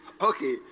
Okay